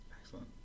Excellent